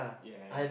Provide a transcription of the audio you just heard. yes